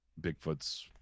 Bigfoots